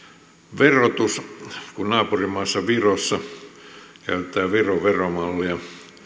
verotus kun naapurimaassa virossa käytetään viron veromallia